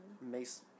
mace